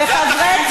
תראי איך